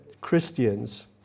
Christians